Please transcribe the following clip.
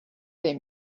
they